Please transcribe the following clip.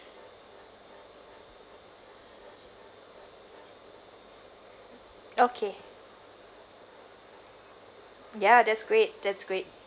okay ya that's great that's great